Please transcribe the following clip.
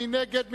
מי נגד?